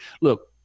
Look